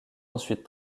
ensuite